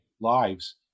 lives